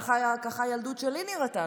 ככה הילדות שלי נראתה,